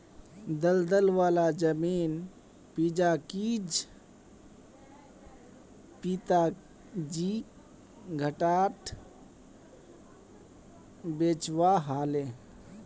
दलदल वाला जमीन पिताजीक घटाट बेचवा ह ले